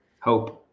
hope